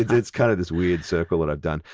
it's kind of this weird circle that i've done.